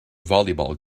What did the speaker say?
volleyball